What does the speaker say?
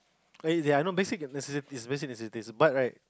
eh ya I know basic necessities basic necessities but right